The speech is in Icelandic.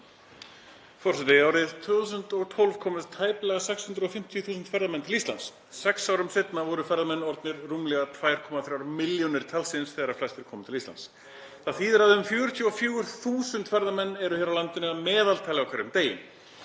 Það þýðir að um 44.000 ferðamenn eru hér á landinu að meðaltali á hverjum degi.